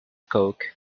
coke